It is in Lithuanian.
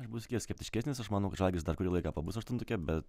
aš busiu kiek skeptiškesnis aš manau kad žalgiris dar kurį laiką pabus aštuntuke bet